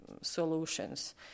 solutions